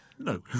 no